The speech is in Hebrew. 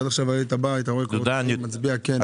חבר הכנסת סולומון, בבקשה.